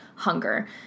hunger